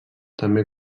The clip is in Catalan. també